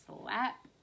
slap